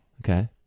Okay